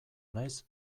naiz